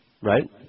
Right